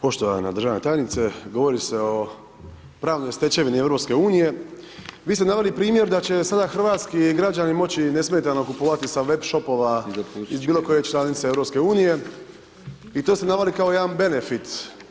Poštovana državna tajnice, govori se o pravnoj stečevini EU, vi ste naveli primjer da će sada hrvatski građani moći nesmetano kupovati sa web shopova iz bilo koje članice EU i to ste naveli kao jedan benefit.